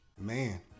Man